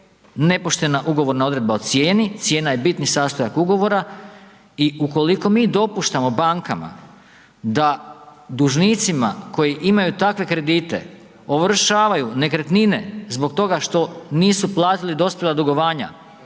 nepoštena ugovorna odredba o cijeni, cijena je bitni sastojak ugovora i ukoliko mi dopuštamo bankama da dužnicima koji imaju takve kredite ovršavaju nekretnine zbog toga što nisu platili dospjela dugovanja,